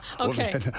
Okay